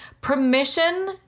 permission